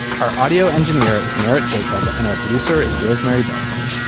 our audio engineer is merrit jacob and our producer is rosemary belson